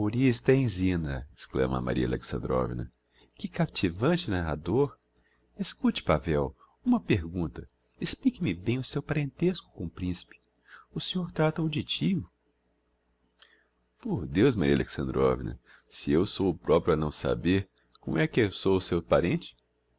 zina exclama maria alexandrovna que captivante narrador escute pavel uma pergunta explique me bem o seu parentesco com o principe o senhor trata o de tio por deus maria alexandrovna se eu sou o proprio a não saber como é que sou seu parente